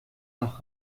noch